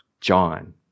John